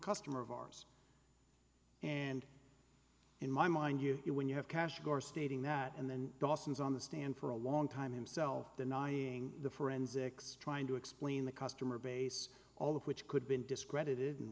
customer of ours and in my mind you it when you have cashed your stating that and then dawson's on the stand for a long time himself denying the forensics trying to explain the customer base all of which could been discredited and